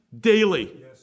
daily